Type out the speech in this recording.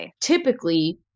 Typically